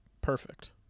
perfect